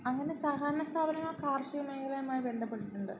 അങ്ങനെ സഹകരണ സ്ഥാപനങ്ങൾ കാർഷിക മേഖലയുമായി ബന്ധപ്പെട്ടിട്ടുണ്ട്